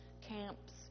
camps